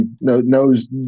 knows